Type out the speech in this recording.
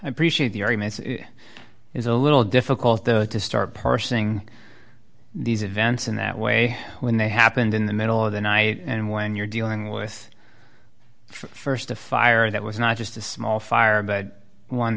appreciate the it's a little difficult though to start parsing these events in that way when they happened in the middle of the night and when you're dealing with st a fire that was not just a small fire but one